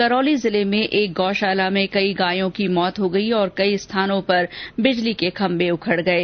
करौली जिले में एक गौशाला में कई गायों की मौत हो गई और कई स्थानों पर बिजली के खम्मे उखड गये